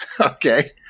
Okay